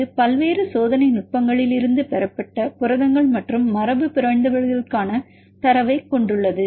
இது பல்வேறு சோதனை நுட்பங்களிலிருந்து பெறப்பட்ட புரதங்கள் மற்றும் மரபுபிறழ்ந்தவர்களுக்கான தரவைக் கொண்டுள்ளது